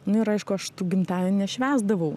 nu ir aišku aš tų gimtadienių nešvęsdavau